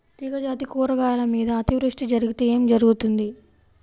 తీగజాతి కూరగాయల మీద అతివృష్టి జరిగితే ఏమి జరుగుతుంది?